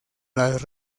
las